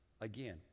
again